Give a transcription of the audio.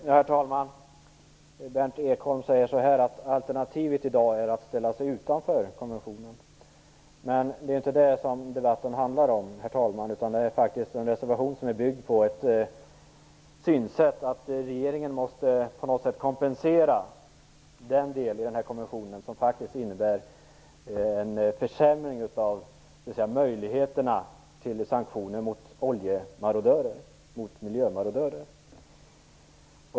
Herr talman! Berndt Ekholm säger att alternativet i dag är att ställa sig utanför konventionen. Men det är inte det debatten handlar om. Detta är faktiskt en reservation som är byggd på ett synsätt enligt vilket regeringen på något sätt måste kompensera den del i konventionen som faktiskt innebär en försämring av möjligheterna till sanktioner mot oljemarodörer, mot miljömarodörer.